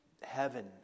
heaven